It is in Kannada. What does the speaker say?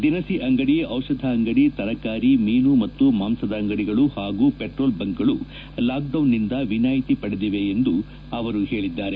ದಿನಸಿ ಅಂಗಡಿ ಔಷಧ ಅಂಗಡಿ ತರಕಾರಿ ಮೀನು ಮತ್ತು ಮಾಂಸದ ಅಂಗಡಿಗಳು ಹಾಗೂ ಪೆಟ್ರೋಲ್ ಬಂಕ್ಗಳು ಲಾಕ್ಡೌನ್ನಿಂದ ವಿನಾಯಿತಿ ಪಡೆದಿವೆ ಎಂದು ಅವರು ಹೇಳಿದ್ದಾರೆ